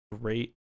great